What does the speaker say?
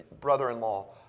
brother-in-law